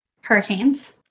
hurricanes